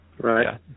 Right